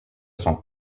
sent